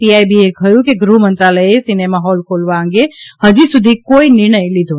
પીઆઈબીએ કહ્યું કે ગૃહમંત્રાલયે સિનેમા હોલ ખોલવા અંગે હજી સુધી કોઈ નિર્ણય લીધો નથી